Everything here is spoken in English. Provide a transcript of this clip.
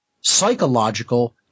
psychological